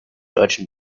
deutschen